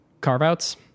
Carve-outs